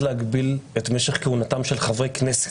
להגביל את משך כהונתם של חברי הכנסת.